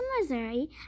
Missouri